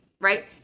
right